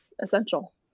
essential